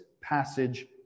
passage